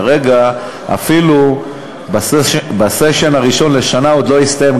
כרגע אפילו הסשן הראשון לשנה עוד לא הסתיים,